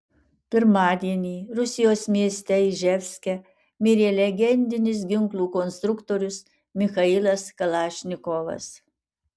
pirmadienį rusijos mieste iževske mirė legendinis ginklų konstruktorius michailas kalašnikovas